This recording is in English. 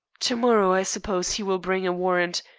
to-morrow, i suppose, he will bring a warrant,